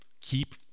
Keep